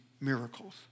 miracles